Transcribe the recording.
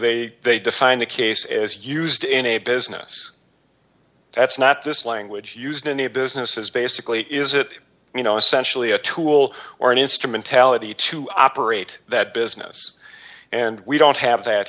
they they define the case is used in a business that's not this language used in a business is basically is it you know essentially a tool or an instrumentality to operate that business and we don't have that